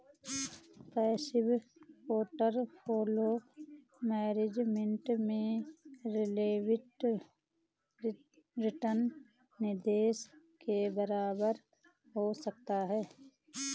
passive portfolio management में relative return निवेश के बराबर हो सकता है